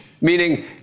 Meaning